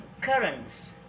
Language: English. currents